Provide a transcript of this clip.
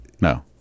No